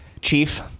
Chief